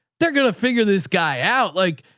they're going to figure this guy out. like,